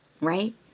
right